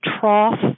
trough